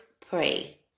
pray